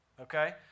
okay